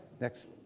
next